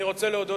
אני רוצה להודות